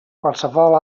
qualsevol